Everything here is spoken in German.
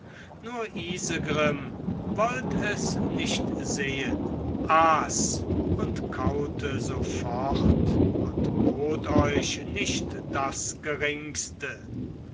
nur isegrim wollt es nicht sehen aß und kaute so fort und bot euch nicht das geringste